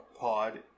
pod